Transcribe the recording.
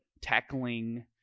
tackling